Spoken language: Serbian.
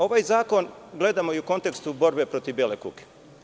Ovaj zakon gledamo i u kontekstu borbe protiv bele kuge.